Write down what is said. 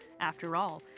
after all,